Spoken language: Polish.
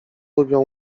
lubią